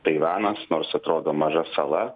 taivanas nors atrodo maža sala